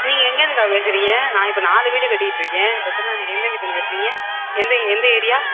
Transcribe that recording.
நீங்கள் எங்கிருந்துக்கா பேசுகிறீங்க நான் இப்போ நாலு வீடு கட்டிகிட்ருக்கேன் எத்தனை எந்த வீடுலேருந்து பேசுகிறீங்க எந்த எந்த ஏரியா